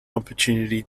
opportunity